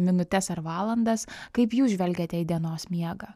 minutes ar valandas kaip jūs žvelgiate į dienos miegą